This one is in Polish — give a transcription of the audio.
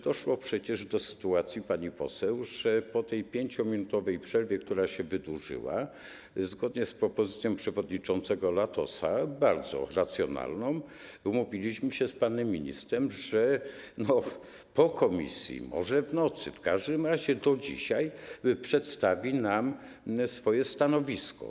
Doszło przecież do sytuacji, pani poseł, że po tej 5-minutowej przerwie, która się wydłużyła, zgodnie z propozycją przewodniczącego Latosa, bardzo racjonalną, umówiliśmy się z panem ministrem, że po posiedzeniu komisji, może w nocy, w każdym razie do dzisiaj, przedstawi nam swoje stanowisko.